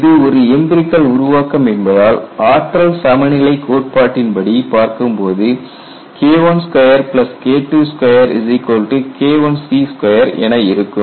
இது ஒரு எம்பிரிகல் உருவாக்கம் என்பதால் ஆற்றல் சமநிலை கோட்பாட்டின் படி பார்க்கும் போது KI2 KII2 KIC2 என இருக்கும்